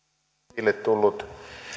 esille tullut